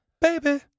Baby